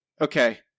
okay